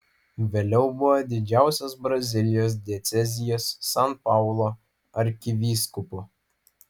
vėliau buvo didžiausios brazilijos diecezijos san paulo arkivyskupu